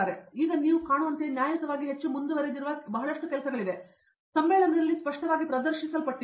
ಆದರೆ ಈಗ ನೀವು ಕಾಣುವಂತೆಯೇ ನ್ಯಾಯಯುತವಾಗಿ ಹೆಚ್ಚು ಮುಂದುವರೆದಿದ್ದ ಬಹಳಷ್ಟು ಕೆಲಸಗಳಿವೆ ಅದು ಆ ಸಮ್ಮೇಳನದಲ್ಲಿ ಸ್ಪಷ್ಟವಾಗಿ ಪ್ರದರ್ಶಿಸಲ್ಪಟ್ಟಿದೆ